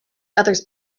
others